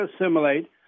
assimilate